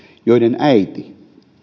joiden äiti